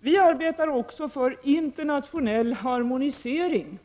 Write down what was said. Regeringen arbetar för internationell harmonisering